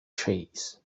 trees